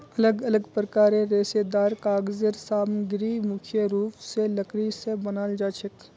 अलग अलग प्रकारेर रेशेदार कागज़ेर सामग्री मुख्य रूप स लकड़ी स बनाल जाछेक